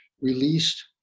released